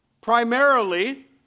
primarily